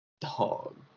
Dog